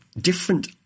different